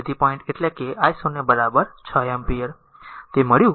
તેથી પોઈન્ટ એટલે કે i 0 r 6 એમ્પીયર તે મળ્યું